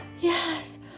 Yes